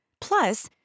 Plus